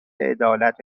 عدالت